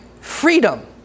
freedom